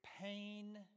pain